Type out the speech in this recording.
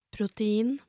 Protein